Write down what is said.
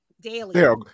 Daily